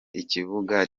ikibuga